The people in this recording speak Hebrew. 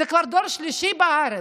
זה כבר דור שלישי בארץ.